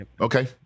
Okay